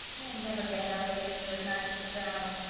we'll never get another minister as nice as mr. allan,